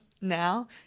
now